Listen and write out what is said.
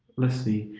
let's see,